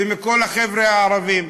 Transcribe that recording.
וכל החבר'ה הערבים.